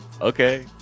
Okay